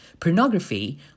Pornography